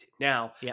now